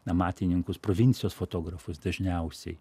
amatininkus provincijos fotografus dažniausiai